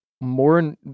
more